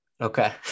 Okay